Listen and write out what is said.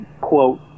quote